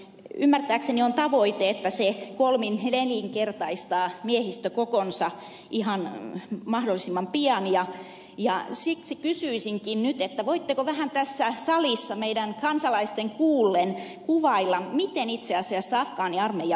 ymmärtääkseni tavoite on että se kolminnelinkertaistaa miehistökokonsa ihan mahdollisimman pian ja siksi kysyisinkin nyt voitteko vähän tässä salissa meidän kansalaisten kuullen kuvailla miten itse asiassa afgaaniarmeija voi